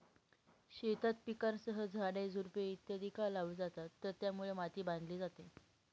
शेतात पिकांसह झाडे, झुडपे इत्यादि का लावली जातात तर त्यामुळे माती बांधली जाते